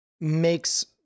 makes